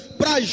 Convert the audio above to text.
para